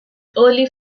early